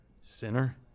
Sinner